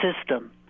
system